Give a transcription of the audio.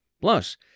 Plus